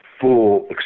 full